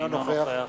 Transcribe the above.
אינו נוכח